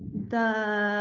the